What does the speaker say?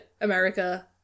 America